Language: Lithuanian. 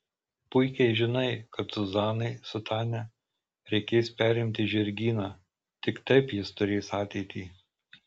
puikiai žinai kad zuzanai su tania reikės perimti žirgyną tik taip jis turės ateitį